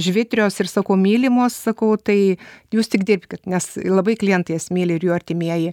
žvitrios ir sakau mylimos sakau tai jūs tik dirbkit nes labai klientai jas myli ir jų artimieji